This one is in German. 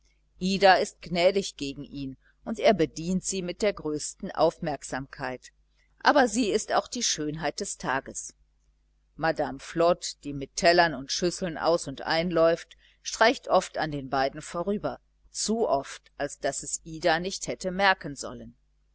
ida ist gnädig gegen ihn und er bedient sie mit der größten aufmerksamkeit aber sie ist auch die schönheit des tages madame flod die mit tellern und schüsseln aus und ein läuft streicht oft an den beiden vorüber zu oft als daß es ida nicht hätte merken sollen